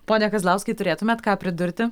pone kazlauskai turėtumėt ką pridurti